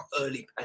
early